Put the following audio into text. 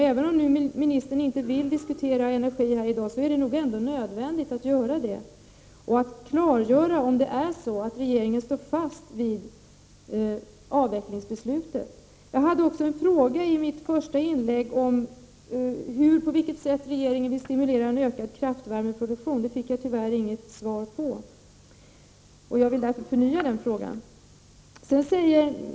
Även om ministern inte vill diskutera energin här i dag, är det nog ändå nödvändigt att göra det och att klargöra om regeringen står fast vid avvecklingsbeslutet. ökad kraftvärmeproduktion. Jag fick tyvärr inget svar. Jag vill därför förnya den frågan.